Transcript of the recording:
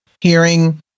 hearing